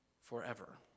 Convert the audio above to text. forever